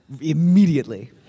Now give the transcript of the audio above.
immediately